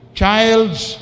child's